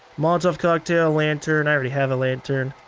molotov cocktai, lantern. i already have a lantern.